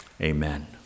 Amen